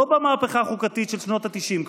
לא במהפכה החוקתית של שנות התשעים,